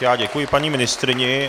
Já děkuji paní ministryni.